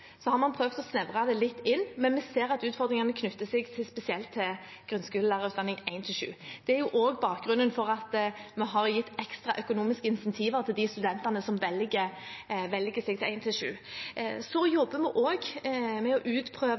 har man forsøkt å snevre det litt inn, men vi ser at utfordringene er spesielt knyttet til grunnskolelærerutdanningen 1–7. Det er bakgrunnen for at vi har gitt ekstra økonomiske incentiver til de studentene som velger 1–7. Vi jobber også med å utprøve overgangsordninger for å kvalifisere lærere som er på 5–10, til også å